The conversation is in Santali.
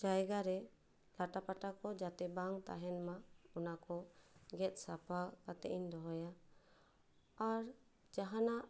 ᱡᱟᱭᱜᱟ ᱨᱮ ᱞᱟᱴᱟ ᱯᱟᱴᱟ ᱠᱚ ᱡᱟᱛᱮ ᱵᱟᱝ ᱛᱟᱦᱮᱱ ᱢᱟ ᱚᱱᱟ ᱠᱚ ᱜᱮᱫ ᱥᱟᱯᱷᱟ ᱠᱟᱛᱮ ᱤᱧ ᱫᱚᱦᱚᱭᱟ ᱟᱨ ᱡᱟᱦᱟᱸᱱᱟᱜ